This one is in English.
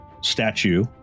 statue